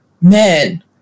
man